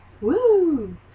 Woo